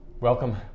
Welcome